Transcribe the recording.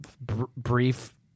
brief